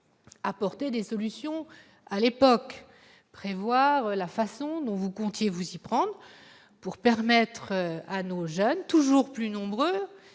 apporter des solutions à l'époque, prévoir la façon dont vous comptez vous y prendre pour permettre à nos jeunes, toujours plus nombreuses